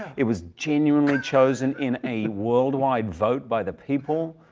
it was genuinely chosen in a worldwide vote by the people.